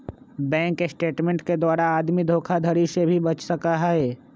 bank statement के द्वारा आदमी धोखाधडी से भी बच सका हई